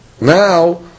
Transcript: now